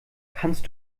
kannst